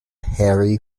henry